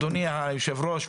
אדוני יושב הראש,